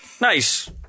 Nice